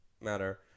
matter